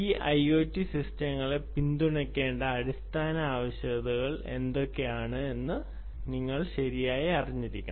ഈ ഐഒടി സിസ്റ്റങ്ങളെ പിന്തുണയ്ക്കേണ്ട അടിസ്ഥാന ആവശ്യകതകൾ എന്തൊക്കെയാണ് എന്ന് നിങ്ങൾ ശരിയായി അറിയണം